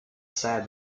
sad